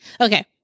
okay